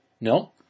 No